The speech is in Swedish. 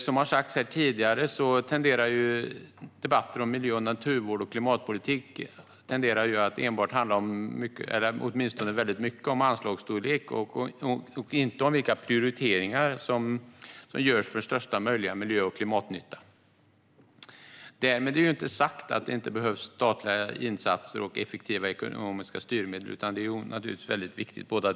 Som har sagts här tidigare tenderar debatter om miljö och naturvård och klimatpolitik att enbart - eller åtminstone till väldigt stor del - handla om anslagsstorlek och inte om vilka prioriteringar som kan göras för att få största möjliga miljö och klimatnytta. Därmed inte sagt att det inte behövs statliga insatser och effektiva ekonomiska styrmedel - båda dessa delar är naturligtvis väldigt viktiga.